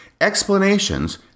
Explanations